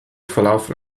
verlaufen